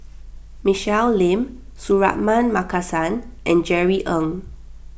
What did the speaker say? Michelle Lim Suratman Markasan and Jerry Ng